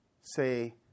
say